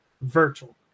virtual